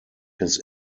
his